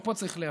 ופה צריך להבין: